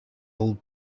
old